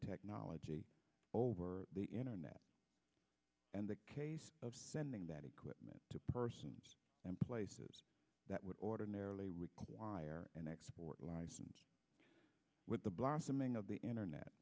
technology over the internet and sending that equipment to persons and places that would ordinarily require an export license with the blossoming of the internet